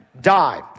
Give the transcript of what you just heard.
Die